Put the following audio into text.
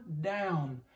down